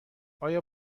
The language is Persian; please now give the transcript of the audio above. آیا